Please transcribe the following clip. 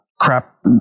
crap